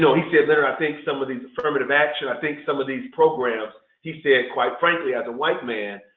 so he said leonard, i think some of these affirmative action, i think some of these programs' he said quite frankly as a white man,